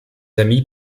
amis